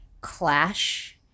Clash